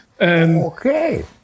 Okay